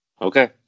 Okay